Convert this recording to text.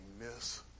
miss